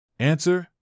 Answer